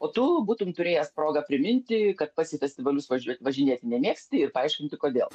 o tu būtum turėjęs progą priminti kad pats į festivalius važiuo važinėt nemėgsti ir paaiškinti kodėl